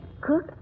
Cook